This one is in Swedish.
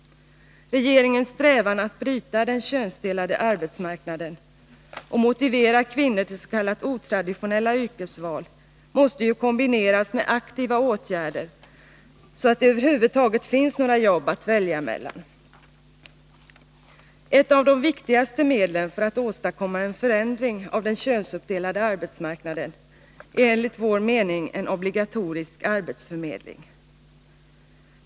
Regeringens strävan att bryta den könsuppdelade arbetsmarknaden och motivera kvinnor till s.k. otraditionella yrkesval måste kombineras med aktiva åtgärder, så att det över huvud taget finns några jobb att välja mellan. Ett av det viktigaste medlen för att åstadkomma en förändring av den könsuppdelade arbetsmarknaden är enligt vår mening en obligatorisk arbetsförmedling.